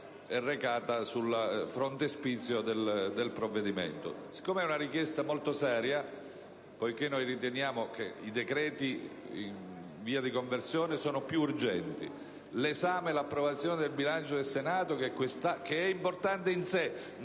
è recata sul frontespizio del provvedimento). Siccome è una richiesta molto seria e poiché riteniamo che i decreti in via di conversione e l'esame e l'approvazione del bilancio del Senato, che è importante in sé